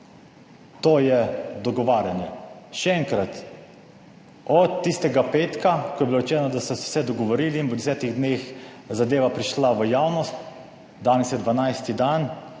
To je dogovarjanje. Še enkrat, od tistega petka, ko je bilo rečeno, da so se dogovorili in bo v 10 dneh zadeva prišla v javnost. Danes je 12 dan.